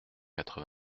quatre